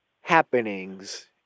happenings